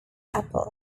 apple